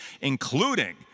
including